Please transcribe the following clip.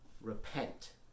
Repent